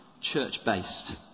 church-based